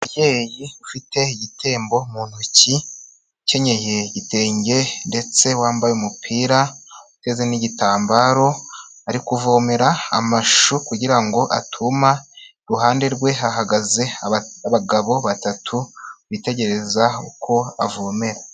Umubyeyi ufite igitembo mu ntoki, ukenyeye igitenge ndetse wambaye umupiraf n'igitambaro, ari kuvomera amashu kugira ngo atuma, iruhande rwe hahagaze abagabo batatu bitegereza uko avomera.